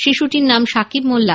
শিশুটির নাম শাকিব মোল্লা